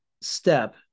step